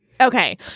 Okay